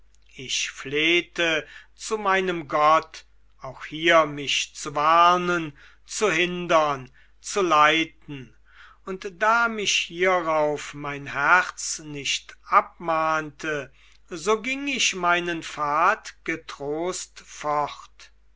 ich flehte zu meinem gott auch hier mich zu warnen zu hindern zu leiten und da mich hierauf mein herz nicht abmahnte so ging ich meinen pfad getrost fort